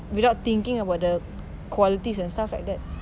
without thinking about the qualities and stuff like that